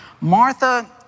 Martha